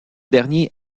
dernier